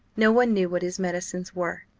no one knew what his medicines were,